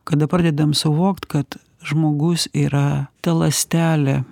kada pradedam suvokt kad žmogus yra ta ląstelė